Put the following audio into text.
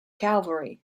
cavalry